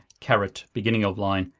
caret, beginning of line,